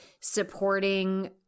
supporting